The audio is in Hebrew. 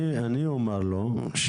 אני אומר לו,